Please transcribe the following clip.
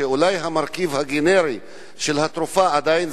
אולי המרכיב הגנרי של התרופה עדיין